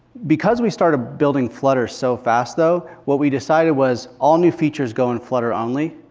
because we started building flutter so fast though, what we decided was all new features go in flutter only.